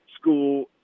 school